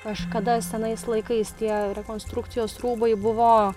kažkada senais laikais tie rekonstrukcijos rūbai buvo